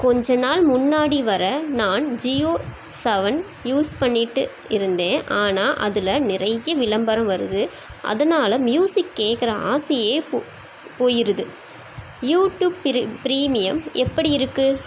கொஞ்ச நாள் முன்னாடி வரை நான் ஜியோ சவன் யூஸ் பண்ணிக்கிட்டு இருந்தேன் ஆனால் அதில் நிறைய விளம்பரம் வருது அதனால மியூசிக் கேட்கற ஆசையே போ போயிடுது யூடியூப் பிரி ப்ரீமியம் எப்படி இருக்குது